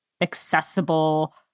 accessible